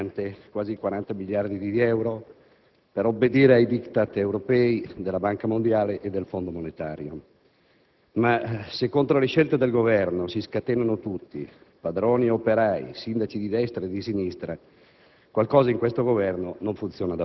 Questa è una legge finanziaria pesante di quasi 40 miliardi di euro per obbedire ai *diktat* europei della Banca mondiale e del Fondo monetario. Ma, se contro le scelte del Governo si scatenano tutti, padroni ed operai, Sindaci di destra e di sinistra,